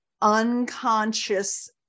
unconscious